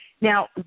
now